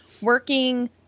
working